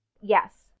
Yes